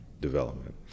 development